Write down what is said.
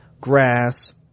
grass